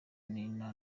nina